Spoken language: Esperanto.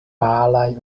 palaj